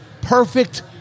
perfect